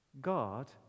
God